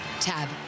Tab